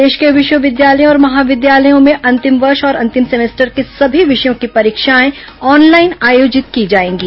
प्रदेश के विश्वविद्यालयों और महाविद्यालयों में अंतिम वर्ष और अंतिम सेमेस्टर के सभी विषयों की परीक्षाएं ऑनलाइन आयोजित की जाएंगी